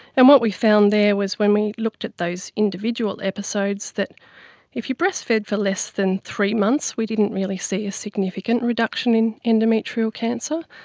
and what we found there was when we looked at those individual episodes, that if you breastfed for less than three months we didn't really see a significant reduction in endometrial cancer,